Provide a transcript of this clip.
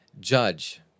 judge